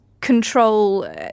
control